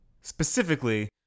Specifically